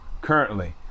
currently